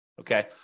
okay